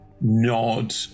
nod